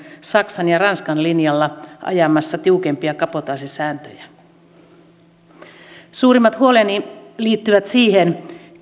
saksan ja ranskan linjalla ajamassa tiukempia kabotaasisääntöjä suurimmat huoleni liittyvät siihen